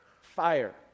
Fire